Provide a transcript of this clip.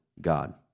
God